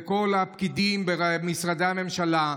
לכל הפקידים במשרדי הממשלה,